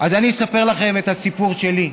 אז אני אספר לכם את הסיפור שלי.